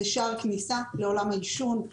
זה שער כניסה לעולם העישון.